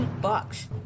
bucks